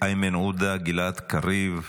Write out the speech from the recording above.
איימן עודה, גלעד קריב,